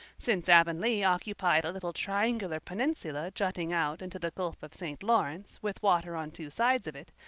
since avonlea occupied a little triangular peninsula jutting out into the gulf of st. lawrence with water on two sides of it,